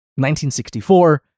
1964